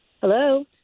Hello